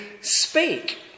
speak